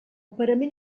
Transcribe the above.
parament